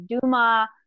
Duma